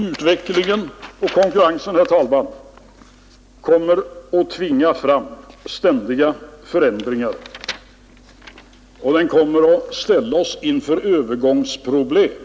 Utvecklingen och konkurrensen, herr talman, kommer att tvinga fram ständiga förändringar. Vi kommer ständigt att ställas inför övergångsproblem.